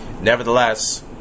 Nevertheless